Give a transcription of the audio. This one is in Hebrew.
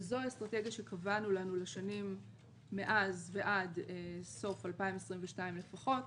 וזו האסטרטגיה שקבענו לנו לשנים מאז ועד סוף 2022 לפחות.